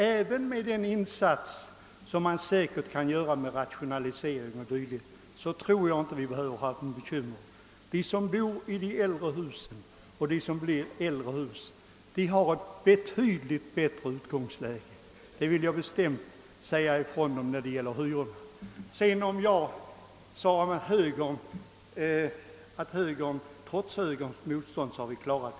även med den insats som man säkert kan göra med rationalisering och dylikt, så tror jag inte vi behöver hysa några bekymmer. De som bor i de äldre husen har ett betydligt bättre utgångsläge, när det gäller hyror. Det vill jag bestämt säga ifrån.